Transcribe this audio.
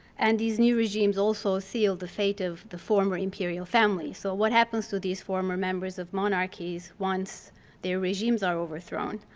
and these new regimes also feel the fate of the former imperial families. so what happens to these former members of monarchies once their regimes are overthrown?